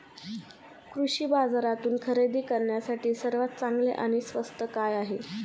कृषी बाजारातून खरेदी करण्यासाठी सर्वात चांगले आणि स्वस्त काय आहे?